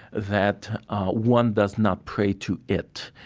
that one does not pray to it.